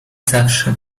zawsze